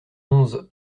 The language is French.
onze